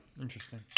Interesting